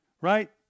right